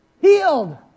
Healed